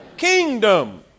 kingdom